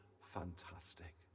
fantastic